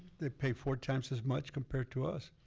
they pay four times as much compared to us.